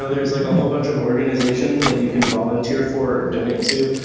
ah there's like a whole bunch of organizations that you can volunteer for, donate to,